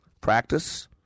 Practice